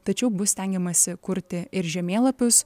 tačiau bus stengiamasi kurti ir žemėlapius